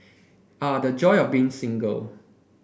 ah the joy of being single